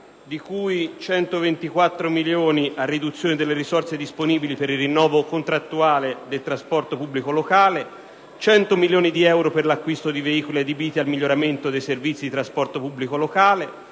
di cui 124 milioni a riduzione delle risorse disponibili per il rinnovo contrattuale del trasporto pubblico locale, 100 milioni per l'acquisto di veicoli adibiti al miglioramento dei servizi di trasporto pubblico locale,